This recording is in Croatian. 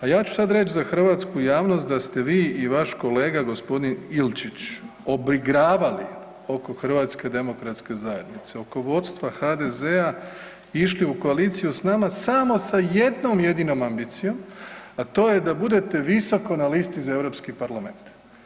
A ja ću sad reć za hrvatsku javnost da ste vi i vaš kolega g. Ilčić obigravali oko HDZ-a, oko vodstva HDZ-a, išli u koaliciju s nama samo sa jednom jedinom ambicijom, a to je da budete visoko na listi za Europski parlament.